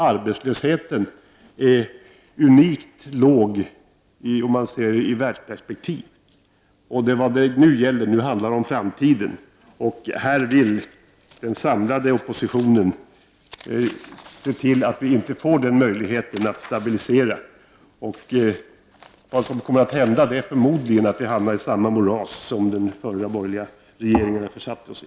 Arbetslösheten i vårt land är unikt låg om man ser den ur världsperspektiv. Nu handlar det om framtiden. Men den samlade oppositionen vill se till att vi inte får möjlighet att stabilisera ekonomin. Vad som kommer att hända om vi inte ges den möjligheten är förmodligen att landet hamnar i samma moras som den förra borgerliga regeringen försatte det i.